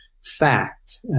fact